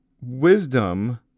Wisdom